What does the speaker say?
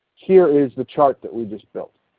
here is the chart that we just built.